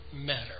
matter